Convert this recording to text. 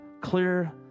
clear